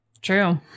True